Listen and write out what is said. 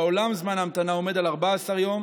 זמן ההמתנה בעולם עומד על 14 יום